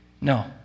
No